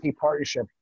partnership